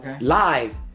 live